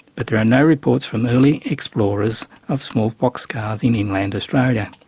but there are no reports from early explorers of smallpox scars in inland australia.